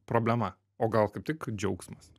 problema o gal kaip tik džiaugsmas